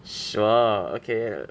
sure okay